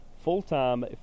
full-time